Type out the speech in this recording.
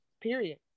Period